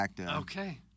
okay